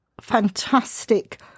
fantastic